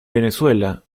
venezuela